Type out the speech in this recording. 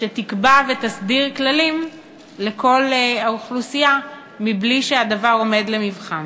שתקבע ותסדיר כללים לכל האוכלוסייה מבלי שהדבר עומד למבחן.